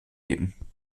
leben